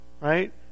Right